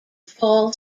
fall